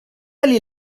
ali